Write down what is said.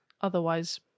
Otherwise